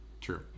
True